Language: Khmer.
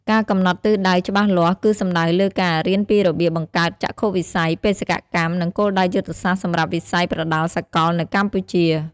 ការកំណត់ទិសដៅច្បាស់លាស់គឺសំដៅលើការ រៀនពីរបៀបបង្កើតចក្ខុវិស័យ បេសកកម្ម និងគោលដៅយុទ្ធសាស្ត្រសម្រាប់វិស័យប្រដាល់សកលនៅកម្ពុជា។